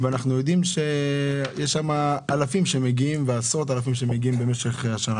ואנחנו יודעים שיש שם אלפים שמגיעים ועשרות אלפים שמגיעים במשך השנה.